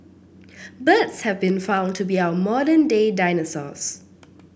birds have been found to be our modern day dinosaurs